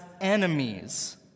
enemies